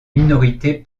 minorités